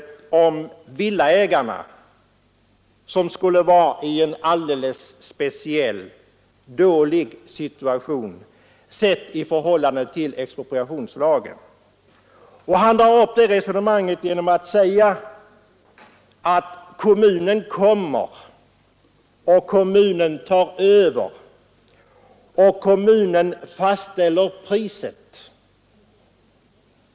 Han nämnde villaägarna, som skulle vara i en alldeles speciellt dålig situation med avseende på expropriationslagen. Han drog upp det resonemanget genom att säga att kommunen ”tar över” och kommunen ”fastställer priset”.